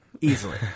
easily